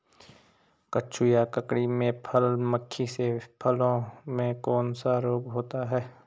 कद्दू या ककड़ी में फल मक्खी से फलों में कौन सा रोग होता है?